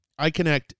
iConnect